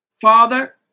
father